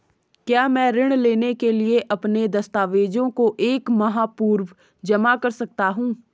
क्या मैं ऋण लेने के लिए अपने दस्तावेज़ों को एक माह पूर्व जमा कर सकता हूँ?